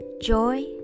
joy